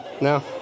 No